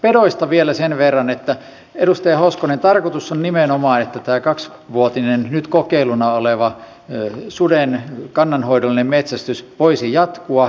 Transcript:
pedoista vielä sen verran edustaja hoskonen että tarkoitus on nimenomaan että tämä kaksivuotinen nyt kokeiluna oleva suden kannanhoidollinen metsästys voisi jatkua